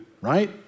right